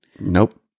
nope